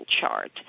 chart